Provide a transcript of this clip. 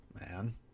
man